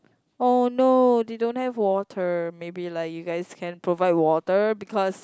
oh no they don't have water maybe like you guys can provide water because